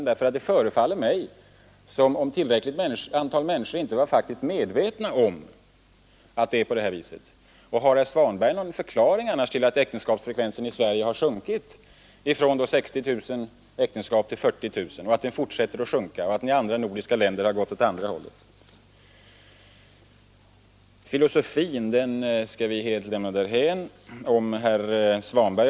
Är det reaktionärt att säga att vi skall sträva efter att ha mindre prisökningar genom att ge mer resurser till en utbyggnad så att man kan hålla kostnaderna nere?